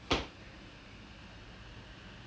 but workshops is basically open for anyone